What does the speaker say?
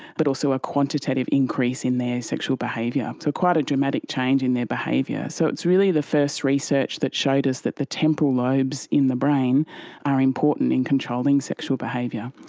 but also a quantitative increase in their sexual behaviour. so quite a dramatic change in their behaviour. so it's really the first research that showed us that the temporal lobes in the brain are important in controlling sexual behaviour.